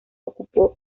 ocupó